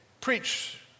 Preach